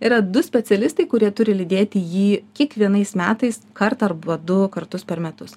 yra du specialistai kurie turi lydėti jį kiekvienais metais kartą arba du kartus per metus